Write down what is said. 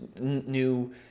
new